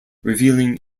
revealing